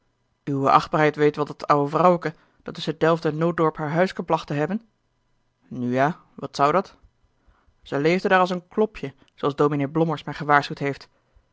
uwe achtbaarheid weet wel dat oude vrouwken dat tusschen delft en nootdorp haar huisken placht te hebben nu ja wat zou dat zij leefde daar als een klopje zooals dominé blommers mij gewaarschuwd heeft